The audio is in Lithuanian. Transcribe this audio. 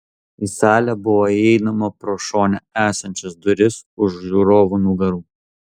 į salę buvo įeinama pro šone esančias duris už žiūrovų nugarų